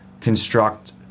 construct